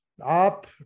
Up